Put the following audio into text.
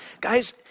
guys